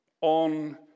on